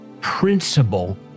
principle